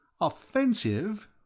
Offensive